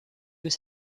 peut